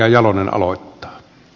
arvoisa puhemies